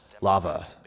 lava